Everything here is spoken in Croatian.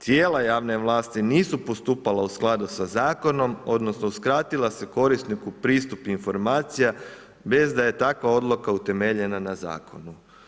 Tijela javne vlasti nisu postupala u skladu sa zakonom, odnosno, uskratila se korisniku pristup informacija, bez da je takva odluka utemeljena na zakon.